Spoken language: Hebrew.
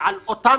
תן לי